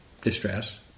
distress